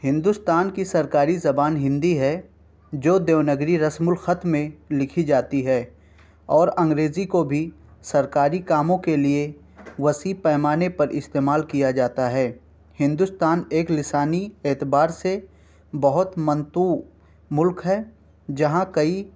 ہندوستان کی سرکاری زبان ہندی ہے جو دیونگری رسم الخط میں لکھی جاتی ہے اور انگریزی کو بھی سرکاری کاموں کے لیے وسیع پیمانے پر استعمال کیا جاتا ہے ہندوستان ایک لسانی اعتبار سے بہت منتو ملک ہے جہاں کئی